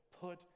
put